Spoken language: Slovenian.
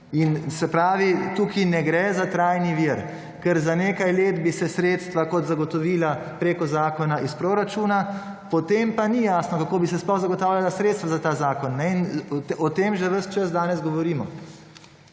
in se pravi, tukaj ne gre za trajni vir, ker za nekaj let bi se sredstva kot zagotovila preko zakona iz proračuna, potem pa ni jasno kako bi se sploh zagotavljala sredstva za ta zakon in o tem že ves čas danes govorimo.